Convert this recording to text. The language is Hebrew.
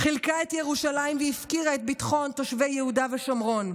חילקה את ירושלים והפקירה את ביטחון תושבי יהודה ושומרון.